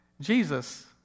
Jesus